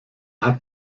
hat